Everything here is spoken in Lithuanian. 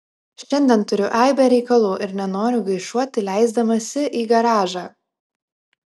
šiandien turiu aibę reikalų ir nenoriu gaišuoti leisdamasi į garažą